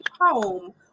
home